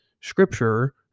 Scripture